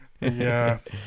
yes